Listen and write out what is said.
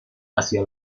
hacia